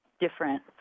different